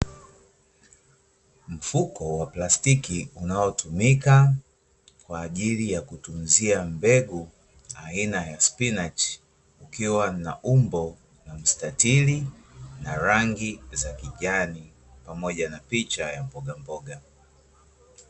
Mfuko wa plastiki unaotumika kwaajili ya kutunzia mbegu aina ya spinachi, ikiwa na umbo la mstatiri na rangi za kijani pamoja na picha ya mbogamboga.